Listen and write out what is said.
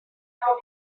evening